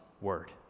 Word